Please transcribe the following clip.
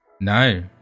No